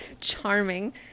Charming